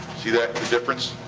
see that difference?